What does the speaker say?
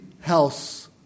house